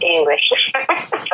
English